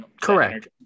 Correct